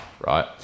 right